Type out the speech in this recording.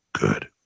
good